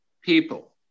people